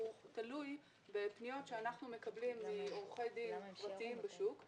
הוא תלוי בפניות שאנחנו מקבלים מעורכי דין פרטיים בשוק,